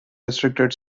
restricted